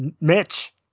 mitch